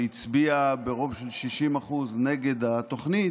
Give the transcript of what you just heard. שהצביעו ברוב של 60% נגד התוכנית,